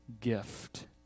gift